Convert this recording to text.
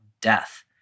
death